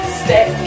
step